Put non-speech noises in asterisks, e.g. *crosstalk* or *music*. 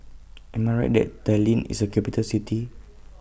*noise* Am I Right that Tallinn IS A Capital City